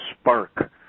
spark